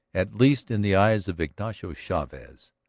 at least in the eyes of ignacio chavez,